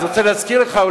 אז אני רוצה להזכיר לך.